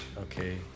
okay